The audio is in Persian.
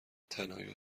تنهایی